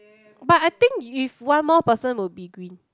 but I think if one more person will be green